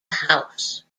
house